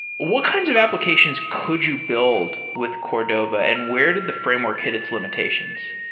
what kinds of applications could you build with cordova and where did the framework hit its limitations?